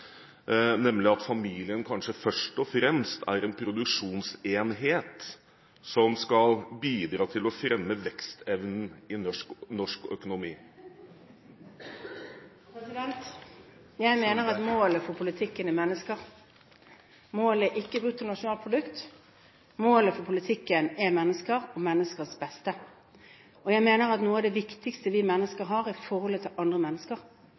nemlig at familien kanskje først og fremst er en produksjonsenhet som skal bidra til å fremme vekstevnen i norsk økonomi? Jeg mener at målet for politikken er mennesker. Målet er ikke brutto nasjonalprodukt. Målet for politikken er mennesker og menneskers beste, og jeg mener at noe av det viktigste vi mennesker har, er forholdet til andre mennesker.